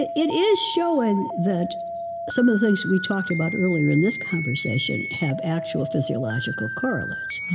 it it is showing that some of the things we talked about earlier in this conversation have actual physiological correlates.